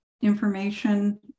information